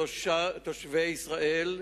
תושבי ישראל,